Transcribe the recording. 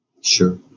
Sure